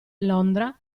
londra